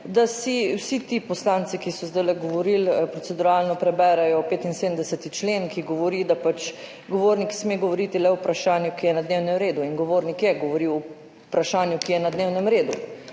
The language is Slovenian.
naj si vsi ti poslanci, ki so zdajle govorili proceduralno, preberejo 75. člen, ki govori, da sme govornik govoriti le o vprašanju, ki je na dnevnem redu in govornik je govoril o vprašanju, ki je na dnevnem redu.